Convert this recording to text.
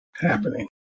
happening